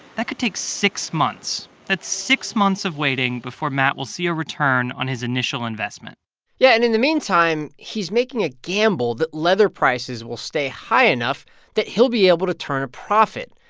that could take six months. that's six months of waiting before matt will see a return on his initial investment yeah. and in the meantime, he's making a gamble that leather prices will stay high enough that he'll be able to turn a profit.